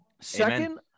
Second